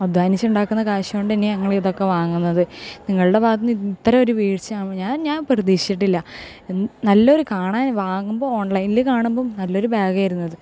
അധ്വാനിച്ച് ഉണ്ടാക്കുന്ന കാശ് കൊണ്ട് തന്നെ ഞങ്ങളിതൊക്കെ വാങ്ങുന്നത് നിങ്ങളുടെ ഭാഗത്ത് ഇത്തരം ഒര് വീഴ്ച ഞാൻ ഞാൻ പ്രതിഷിച്ചിട്ടില്ല എ നല്ലൊരു കാണാൻ വാങ്ങുമ്പോൾ ഓൺലൈനിൽ കാണുമ്പോൾ നല്ലൊരു ബാഗായിരുന്നത്